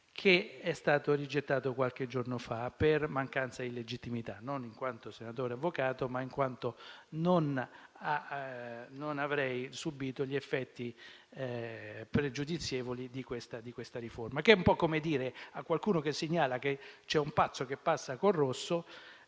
è stato rigettato qualche giorno fa per mancanza di legittimità, non in quanto io senatore avvocato ma in quanto non avrei subito gli effetti pregiudizievoli di questa riforma. È un po' come dire a qualcuno che segnala che c'è un pazzo che passa con il rosso